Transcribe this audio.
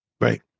Right